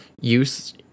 use